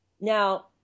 Now